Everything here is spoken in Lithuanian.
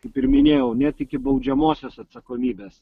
kaip ir minėjau net iki baudžiamosios atsakomybės